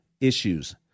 issues